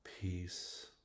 peace